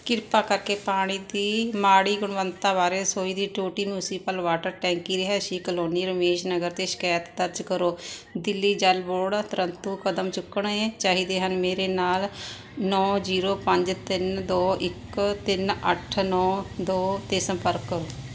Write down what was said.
ਕਿਰਪਾ ਕਰਕੇ ਪਾਣੀ ਦੀ ਮਾੜੀ ਗੁਣਵੱਤਾ ਬਾਰੇ ਰਸੋਈ ਦੀ ਟੂਟੀ ਮਿਊਂਸਪਲ ਵਾਟਰ ਟੈਂਕੀ ਰਿਹਾਇਸ਼ੀ ਕਲੋਨੀ ਰਮੇਸ਼ ਨਗਰ 'ਤੇ ਸ਼ਿਕਾਇਤ ਦਰਜ ਕਰੋ ਦਿੱਲੀ ਜਲ ਬੋਰਡ ਤੁਰੰਤ ਉਹ ਕਦਮ ਚੁੱਕਣੇ ਚਾਹੀਦੇ ਹਨ ਮੇਰੇ ਨਾਲ ਨੌਂ ਜ਼ੀਰੋ ਪੰਜ ਤਿੰਨ ਦੋ ਇੱਕ ਤਿੰਨ ਅੱਠ ਨੌਂ ਦੋ 'ਤੇ ਸੰਪਰਕ ਕਰੋ